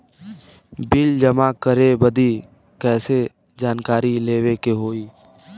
Bill जमा करे बदी कैसे जानकारी लेवे के होई?